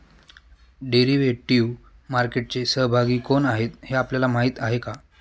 Derivative मार्केटचे सहभागी कोण आहेत हे आपल्याला माहित आहे का?